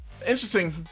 interesting